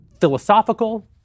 philosophical